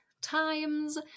times